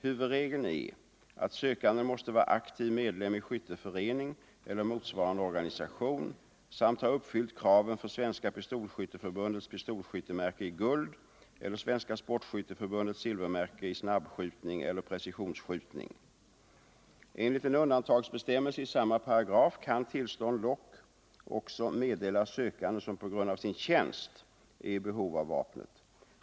Huvudregeln är att sökanden måste vara aktiv medlem i skytteförening eller motsvarande organisation samt ha uppfyllt kraven för Svenska pistolskytteförbundets pistolskyttemärke i guld eller Svenska sportskytteförbundets silvermärke i snabbskjutning eller precisionsskjutning. Enligt en undantagsbestämmelse i samma paragraf kan tillstånd dock också meddelas sökande som på grund av sin tjänst är i behov av vapnet.